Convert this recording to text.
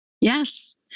Yes